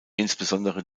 insbesondere